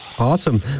Awesome